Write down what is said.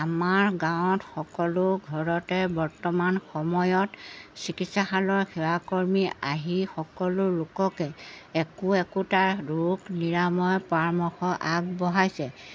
আমাৰ গাঁৱত সকলো ঘৰতে বৰ্তমান সময়ত চিকিৎসালয়ৰ সেৱাকৰ্মী আহি সকলো লোককে একো একোটা ৰোগ নিৰাময় পৰামৰ্শ আগবঢ়াইছে